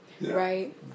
Right